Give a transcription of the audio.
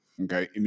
Okay